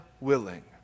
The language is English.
willing